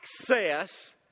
access